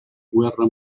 guerra